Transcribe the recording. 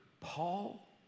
Paul